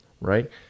right